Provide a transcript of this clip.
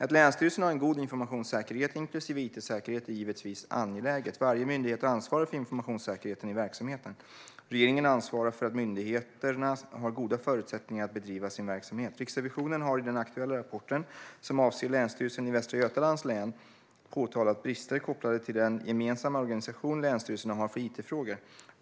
Att länsstyrelserna har en god informationssäkerhet, inklusive it-säkerhet, är givetvis angeläget. Varje myndighet ansvarar för informationssäkerheten i verksamheten. Regeringen ansvarar för att myndigheterna har goda förutsättningar att bedriva sin verksamhet. Riksrevisionen har i den aktuella rapporten, som avser Länsstyrelsen i Västra Götalands län, påtalat brister kopplade bland annat till den gemensamma organisation länsstyrelserna har för it-frågor.